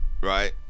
right